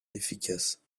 efficace